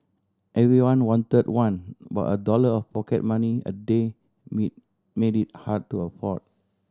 everyone wanted one but a dollar of pocket money a day made made it hard to afford